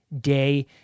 day